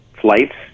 flights